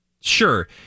sure